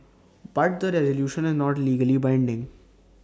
but the resolution is not legally binding